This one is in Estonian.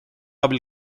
abil